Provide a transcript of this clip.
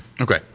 Okay